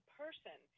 person